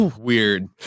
weird